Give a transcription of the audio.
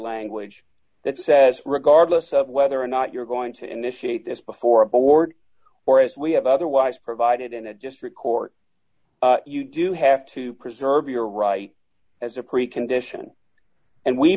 language that says regardless of whether or not you're going to initiate this before a board or as we have otherwise provided and it just record you do have to preserve your right as a precondition and we